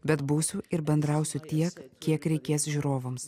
bet būsiu ir bendrausiu tiek kiek reikės žiūrovams